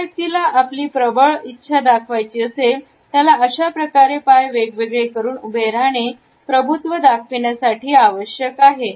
ज्या व्यक्तीला आपली प्रबळ दाखवायची असेल त्याला अशाप्रकारे पाय वेगवेगळे करून उभे राहणे प्रभुत्व दाखवण्यासाठी आवश्यक आहे